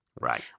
Right